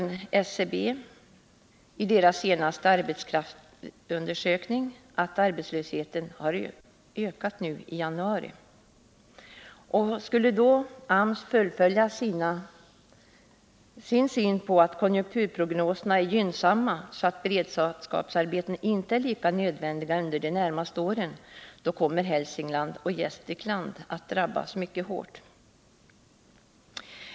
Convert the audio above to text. I statistiska centralbyråns senaste arbetskraftsundersökning sägs att arbetslösheten ökade igen i januari. Vidhåller AMS sin syn på att konjunkturprognoserna är gynnsamma och att beredskapsarbeten inte är lika nödvändiga under de närmaste åren, då kommer Hälsingland och Gästrikland att drabbas mycket hårt.